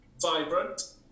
Vibrant